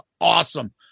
awesome